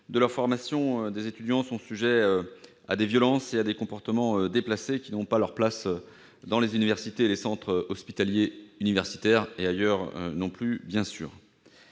de leur formation, des étudiants sont sujets à des violences et des comportements qui n'ont pas leur place dans les universités et les centres hospitaliers universitaires, ni ailleurs, bien